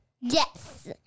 Yes